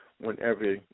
Whenever